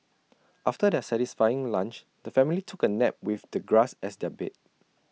after their satisfying lunch the family took A nap with the grass as their bed